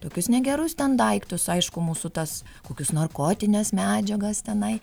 tokius negerus ten daiktus aišku mūsų tas kokius narkotines medžiagas tenai